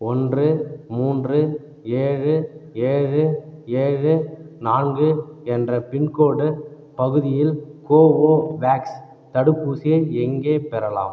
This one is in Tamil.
ஒன்று மூன்று ஏழு ஏழு ஏழு நான்கு என்ற பின்கோடு பகுதியில் கோவோவேக்ஸ் தடுப்பூசியை எங்கே பெறலாம்